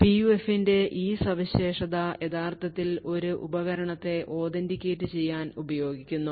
PUF ന്റെ ഈ സവിശേഷത യഥാർത്ഥത്തിൽ ഒരു ഉപകരണത്തെ authenticate ചെയ്യാൻ ഉപയോഗിക്കുന്നു